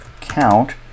count